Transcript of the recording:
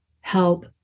help